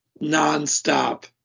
non-stop